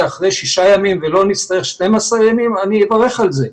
אחרי שישה ימים ולא נצטרך 12 ימים אני אברך על זה,